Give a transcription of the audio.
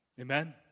Amen